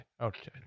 Okay